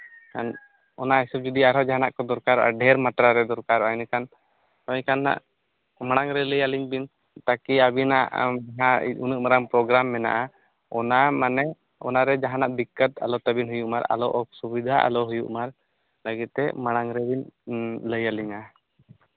ᱚᱱᱟ ᱦᱤᱥᱟᱹᱵᱽ ᱡᱩᱫᱤ ᱟᱨᱦᱚᱸ ᱡᱟᱦᱟᱱᱟᱜ ᱠᱚ ᱫᱚᱨᱠᱟᱨᱚᱜᱼᱟ ᱰᱷᱮᱨ ᱢᱟᱛᱨᱟ ᱨᱮ ᱫᱚᱨᱠᱟᱨᱚᱜᱼᱟ ᱮᱸᱰᱮᱠᱷᱟᱱ ᱛᱚᱵᱮᱠᱷᱟᱱ ᱦᱟᱸᱜ ᱢᱟᱲᱟᱝ ᱨᱮ ᱞᱟᱹᱭ ᱟᱹᱞᱤᱧ ᱵᱤᱱ ᱛᱟᱠᱤ ᱟᱹᱵᱤᱱᱟᱜ ᱡᱟᱦᱟᱸ ᱩᱱᱟᱹᱜ ᱢᱟᱨᱟᱝ ᱯᱨᱳᱜᱽᱨᱟᱢ ᱢᱮᱱᱟᱜᱼᱟ ᱚᱱᱟ ᱢᱟᱱᱮ ᱚᱱᱟᱨᱮ ᱡᱟᱦᱟᱱᱟᱜ ᱫᱤᱠᱠᱚᱛ ᱟᱞᱚ ᱛᱟᱹᱵᱤᱱ ᱦᱩᱭᱩᱜ ᱢᱟ ᱟᱞᱚ ᱚᱥᱩᱵᱤᱫᱷᱟ ᱟᱞᱚ ᱦᱩᱭᱩᱜ ᱢᱟ ᱚᱱᱟ ᱞᱟᱹᱜᱤᱫ ᱛᱮ ᱢᱟᱲᱟᱝ ᱨᱮᱵᱤᱱ ᱞᱟᱹᱭ ᱟᱹᱞᱤᱧᱟ